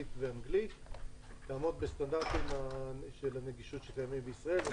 ערבית ואנגלית ותעמוד בסטנדרטים של הנגישות שקיימים בישראל.